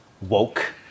woke